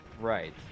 Right